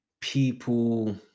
people